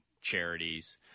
charities